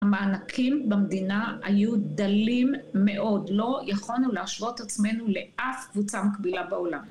המענקים במדינה היו דלים מאוד, לא יכולנו להשוות את עצמנו לאף קבוצה מקבילה בעולם.